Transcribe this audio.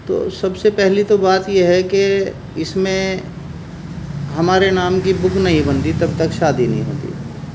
تو سب سے پہلی تو بات یہ ہے کہ اس میں ہمارے نام کی بک نہیں بنتی تب تک شادی نہیں ہوتی